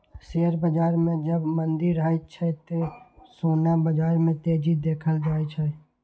share बाजार मे जब मंदी रहै छै, ते सोना बाजार मे तेजी देखल जाए छै